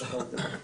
תקציבים נוספים.